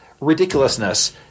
ridiculousness